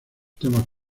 temas